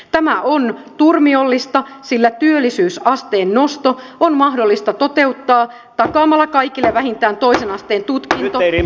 tämä on turmiollista sillä työllisyysasteen nosto on mahdollista toteuttaa takaamalla kaikille vähintään toisen asteen tutkinto